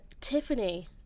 Tiffany